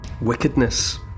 wickedness